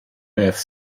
beth